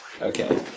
Okay